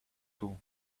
too